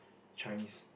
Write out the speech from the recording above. Chinese